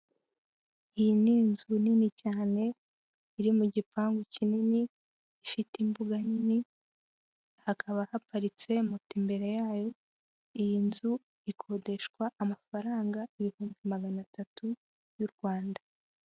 Iyi ni inzu nini cyane iri mu gipangu kinini, ifite imbuga nini, hakaba haparitse moto imbere yayo, iyi nzu ikodeshwa amafaranga ibihumbi magana atatu y'u Rwanda.